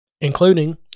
including